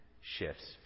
shifts